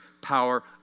power